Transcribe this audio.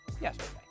yesterday